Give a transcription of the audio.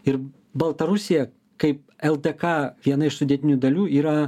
ir baltarusija kaip ltk viena iš sudėtinių dalių yra